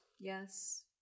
Yes